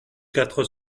quatre